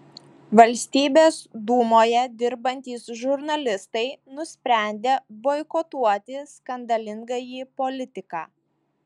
valstybės dūmoje dirbantys žurnalistai nusprendė boikotuoti skandalingąjį politiką